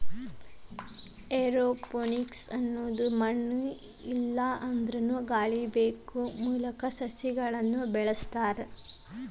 aeroponics ಅನ್ನೋದು ಮಣ್ಣು ಇಲ್ಲಾಂದ್ರನು ಗಾಳಿ ಬೆಳಕು ಮೂಲಕ ಸಸಿಗಳನ್ನ ಬೆಳಿಸೋ ಪದ್ಧತಿ ಆಗೇತಿ